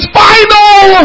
final